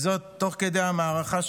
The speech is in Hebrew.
וזאת תוך כדי המערכה,